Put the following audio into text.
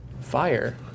fire